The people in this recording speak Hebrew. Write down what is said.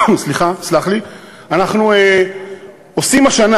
אנחנו עושים השנה,